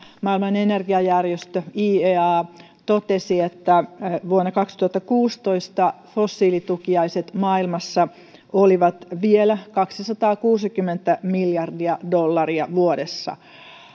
maailman energiajärjestö iea totesi että vuonna kaksituhattakuusitoista fossiilitukiaiset maailmassa olivat vielä kaksisataakuusikymmentä miljardia dollaria vuodessa